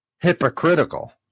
hypocritical